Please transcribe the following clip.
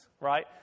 right